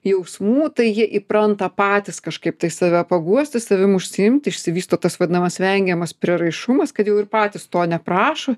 jausmų tai jie įpranta patys kažkaip tai save paguosti savim užsiimti išsivysto tas vadinamas vengiamas prieraišumas kad jau ir patys to neprašo